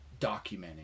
documenting